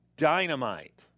Dynamite